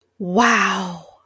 wow